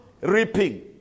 reaping